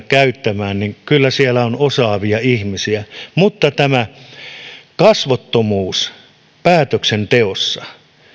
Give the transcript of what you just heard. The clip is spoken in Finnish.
käyttämään joutuneena ja kyllä siellä on osaavia ihmisiä mutta tämä kasvottomuus päätöksenteossa